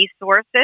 resources